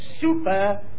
super